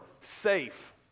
safe